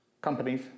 companies